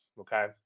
okay